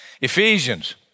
Ephesians